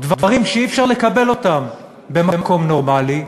דברים שאי-אפשר לקבל אותם במקום נורמלי,